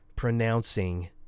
pronouncing